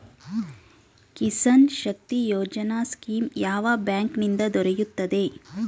Kisan Shakti Yojana scheme ಯಾವ bank ನಿಂದ ದೊರೆಯುತ್ತದೆ?